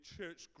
church